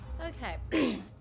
Okay